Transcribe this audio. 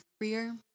career